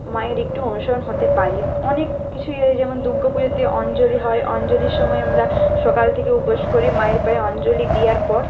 মায়ের একটু অনুসরণ হতে পারি অনেক কিছুই আছে যেমন দূর্গা পুজোতে অঞ্জলি হয় অঞ্জলির সময় আমরা সকাল থেকে উপোস করে মায়ের পায়ে অঞ্জলি দেওয়ার পর